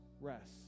rest